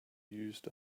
used